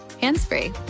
hands-free